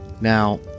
Now